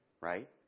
right